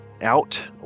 out